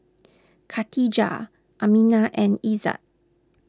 Khadija Aminah and Izzat